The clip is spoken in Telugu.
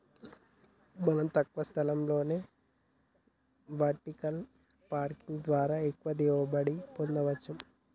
మనం తక్కువ స్థలంలోనే వెర్టికల్ పార్కింగ్ ద్వారా ఎక్కువగా దిగుబడి పొందచ్చు